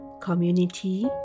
community